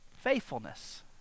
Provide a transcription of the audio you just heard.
Faithfulness